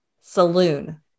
saloon